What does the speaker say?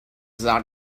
that